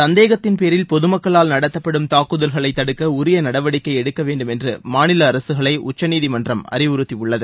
சந்தேகத்தின்பேரில் பொது மக்களால் நடத்தப்படும் தாக்குதல்களை தடுக்க உரிய நடவடிக்கை எடுக்க வேண்டும் என்று மாநில அரசுகளை உச்சநீதிமன்றம் அறிவுறுத்தியுள்ளது